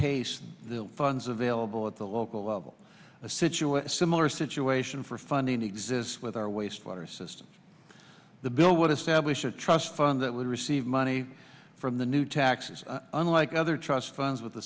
pace the funds available at the local level a situation similar situation for funding exists with our waste water system the bill would establish a trust fund that would receive money from the new taxes unlike other trust funds with a